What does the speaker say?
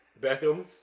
Beckham